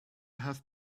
have